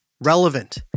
relevant